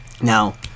Now